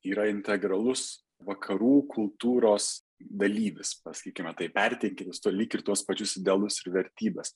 yra integralus vakarų kultūros dalyvis pasakykime taip perteiniantis lyg ir tuos pačius idealus ir vertybes